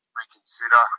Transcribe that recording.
reconsider